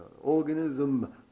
organism